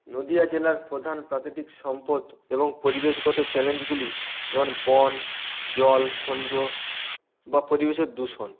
নদীয়া জেলার প্রধান প্রাকৃতিক সম্পদ এবং পরিবেশগত চ্যালেঞ্জগুলি যেমন বন জল খনিজ বা পরিবেশের দূষণ